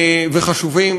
וחשובים.